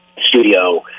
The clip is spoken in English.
studio